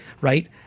right